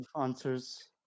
answers